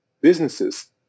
businesses